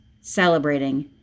celebrating